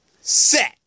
Set